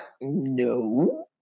no